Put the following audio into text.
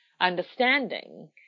understanding